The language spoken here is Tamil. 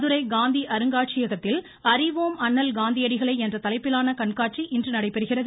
மதுரை காந்தி அருங்காட்சியகத்தில் நடைபெறும் அறிவோம் அண்ணல் காந்தியடிகளை என்ற தலைப்பிலான கண்காட்சி இன்று நடைபெறுகிறது